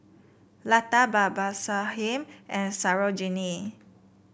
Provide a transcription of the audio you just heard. Lata Babasaheb and Sarojini